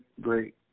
great